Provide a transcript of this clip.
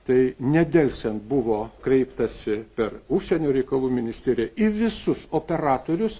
tai nedelsiant buvo kreiptasi per užsienio reikalų ministeriją į visus operatorius